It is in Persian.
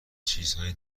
چیزهای